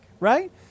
Right